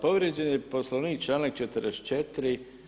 Povrijeđen je poslovnik članak 44.